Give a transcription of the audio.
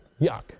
yuck